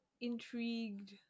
Intrigued